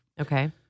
Okay